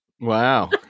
Wow